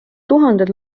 tuhanded